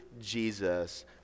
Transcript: Jesus